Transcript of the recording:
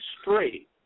straight